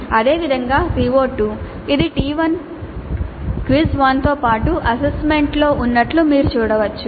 అదేవిధంగా CO2 ఇది T1 quiz 1 తో పాటు అసైన్మెంట్ 1 లో ఉన్నట్లు మీరు చూడవచ్చు